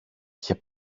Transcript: είχε